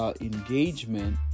engagement